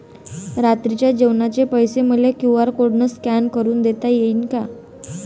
रात्रीच्या जेवणाचे पैसे मले क्यू.आर कोड स्कॅन करून देता येईन का?